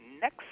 next